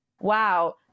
wow